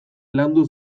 landu